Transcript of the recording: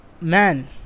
man